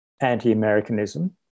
anti-Americanism